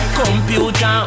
computer